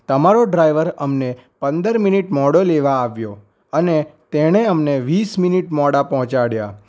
તમારો ડ્રાઈવર અમને પંદર મિનિટ મોડો લેવા આવ્યો અને તેણે અમને વીસ મિનિટ મોડા પહોંચાડ્યા